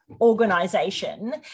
organization